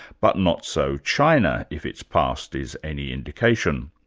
but not so china, if its past is any indication.